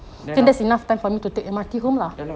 then aft~ ya lah